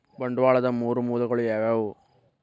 ಬಂಡವಾಳದ್ ಮೂರ್ ಮೂಲಗಳು ಯಾವವ್ಯಾವು?